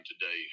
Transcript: today